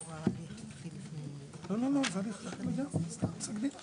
אבל העברתי אותו בגלל השורה שמרקרתי בו.